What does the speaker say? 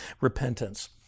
repentance